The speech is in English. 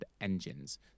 engines